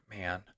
Man